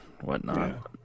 whatnot